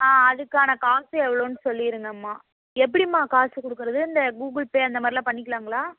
ஆ அதுக்கான காசு எவ்ளோன்னு சொல்லிடுங்கம்மா எப்படிம்மா காசு கொடுக்குறது இந்த கூகுள் பே அந்த மாதிரிலாம் பண்ணிக்கலாங்களா